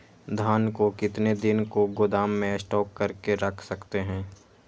धान को कितने दिन को गोदाम में स्टॉक करके रख सकते हैँ?